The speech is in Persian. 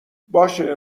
باشه